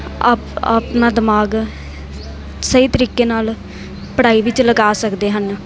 up ਆਪਣਾ ਦਿਮਾਗ ਸਹੀ ਤਰੀਕੇ ਨਾਲ ਪੜ੍ਹਾਈ ਵਿੱਚ ਲਗਾ ਸਕਦੇ ਹਨ